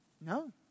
No